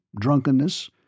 drunkenness